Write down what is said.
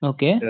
Okay